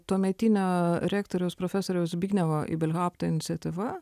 tuometinio rektoriaus profesoriaus zbignevo ibelhaupto iniciatyva